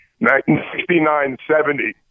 1969-70